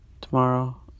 tomorrow